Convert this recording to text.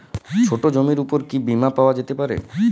ছোট জমির উপর কি বীমা পাওয়া যেতে পারে?